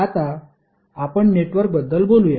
आता आपण नेटवर्कबद्दल बोलूया